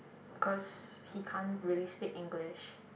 cause he can't really speak English